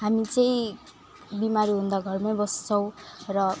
हामी चाहिँ बिमारी हुँदा घरमै बस्छौँ र